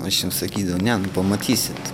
aš jiem sakydavau ne nu pamatysit